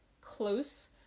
close